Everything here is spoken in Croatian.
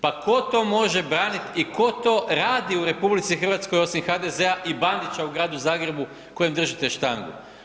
Pa tko to može braniti i tko to radi u RH osim HDZ-a i Bandića u Gradu Zagrebu kojem držite štangu.